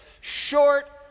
short